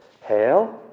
Hell